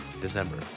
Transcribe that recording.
December